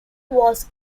was